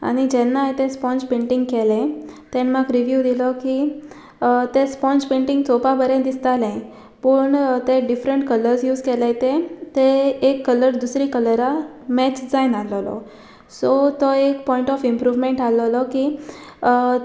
आनी जेन्ना हांवें तें स्पोंज पेंटींग केलें तेन्ना म्हाका रिव्यू दिलो की तें स्पोंज पेंटींग चोवपा बरें दिसतालें पूण तें डिफरंट कलर्स यूज केल्याय तें एक कलर दुसरी कलरा मॅच जायनाहलेलो सो तो एक पॉयंट ऑफ इम्प्रूवमेंट आहलोलो की